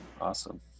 Awesome